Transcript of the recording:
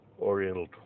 Oriental